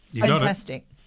Fantastic